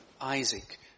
Isaac